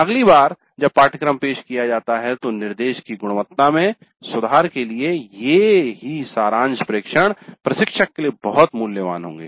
अगली बार जब पाठ्यक्रम पेश किया जाता है तो निर्देश की गुणवत्ता में सुधार के लिए ये सारांश प्रेक्षण प्रशिक्षक के लिए बहुत मूल्यवान होंगे